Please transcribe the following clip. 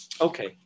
Okay